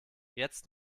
jetzt